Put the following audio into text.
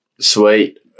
Sweet